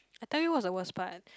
I tell you what's the worst part